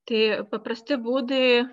tai paprasti būdai